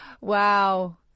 Wow